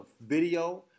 video